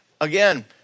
again